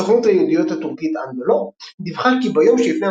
סוכנות הידיעות הטורקית אנדולו דיווחה כי ביום שלפני